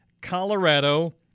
Colorado